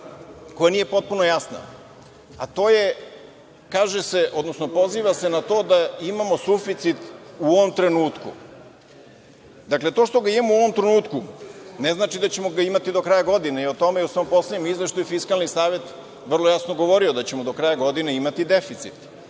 koja nije potpuno jasna, a to je da se poziva na to da imamo suficit u ovom trenutku. To što ga imamo u ovom trenutku ne znači da ćemo ga imati do kraja godine i o tome u svom poslednjem izveštaju Fiskalni savet je vrlo jasno govorio, da ćemo do kraja godine imati deficit.